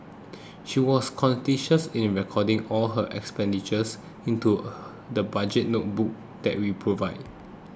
she was conscientious in recording all her expenditures into the budget notebook that we provided